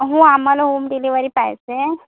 हो आम्हाला home delivery पाहिजे आहे